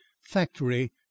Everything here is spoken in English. factory